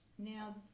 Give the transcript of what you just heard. Now